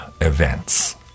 events